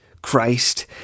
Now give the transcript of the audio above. Christ